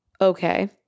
okay